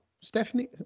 Stephanie